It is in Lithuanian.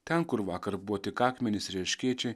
ten kur vakar buvo tik akmenys ir erškėčiai